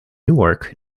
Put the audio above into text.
newark